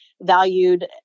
valued